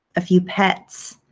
a few pets.